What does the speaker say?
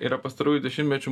ir yra pastarųjų dešimtmečių